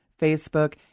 Facebook